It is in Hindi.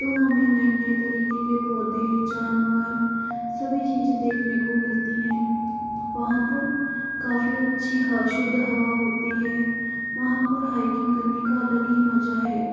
तो हमें नये नये तरीके के पौधे जानवर सभी चीज़ें देखने को मिलती है वहाँ पर काफ़ी अच्छी शुद्ध हवा होती है वहाँ पर हाइकिंग करने का अलग ही मज़ा है